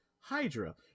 hydra